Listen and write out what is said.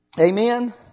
Amen